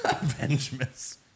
Avengers